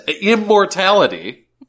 immortality